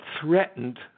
threatened